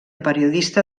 periodista